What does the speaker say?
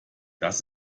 das